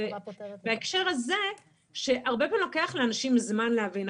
בהקשר הזה שהרבה פעמים לוקח לאנשים זמן להבין.